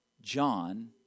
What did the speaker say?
John